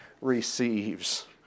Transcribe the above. receives